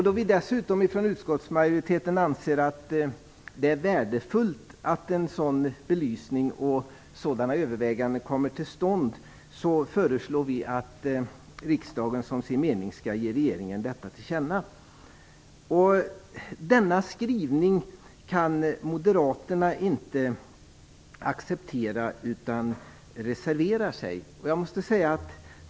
Då vi dessutom inom utskottsmajoriteten anser att det är värdefullt att en sådan belysning och sådana överväganden kommer till stånd, föreslår vi att riksdagen som sin mening skall ge regeringen detta till känna. Denna skrivning kan moderaterna inte acceptera utan reserverar sig mot den.